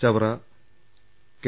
Chavara K